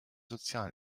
sozialen